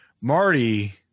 Marty